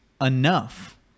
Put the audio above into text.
enough